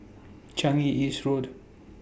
Changi East Road